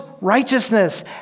righteousness